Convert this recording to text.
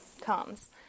comes